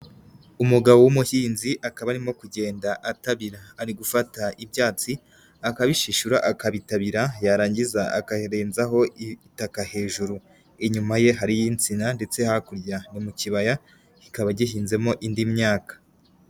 Umugabo w'umuhinzi akaba arimo kugenda atabira, ari gufata ibyatsi akabishishura akabitabira yarangiza akarenzaho itaka hejuru, inyuma ye hari insina ndetse hakurya ni mu kibaya kikaba gihinzemo indi myaka.